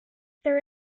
there